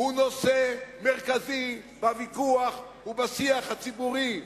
הוא נושא מרכזי בוויכוח ובשיח הציבורי.